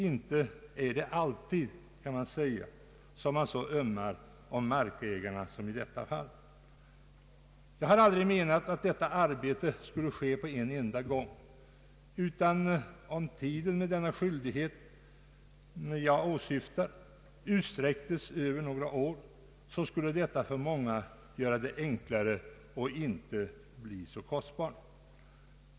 Inte är det alltid man ömmar så om markägarna som i detta fall! Jag har aldrig menat att detta arbete skulle ske på en enda gång, men om tiden utsträcktes över några år så skulle det för många bli både enklare och mindre kostbart.